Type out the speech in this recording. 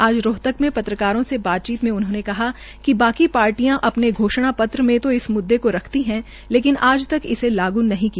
आज राहतक में पत्रकारों से बातचीत में उन्होंने कहा कि बाकी पार्टियां अपने घाषणा पत्र में ता इस मुददे का रखती थी लेकिन आज तक इसे लागू नहीं किया